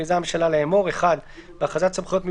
מכריזה הממשלה לאמור: תיקון התוספת בהכרזת סמכויות